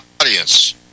audience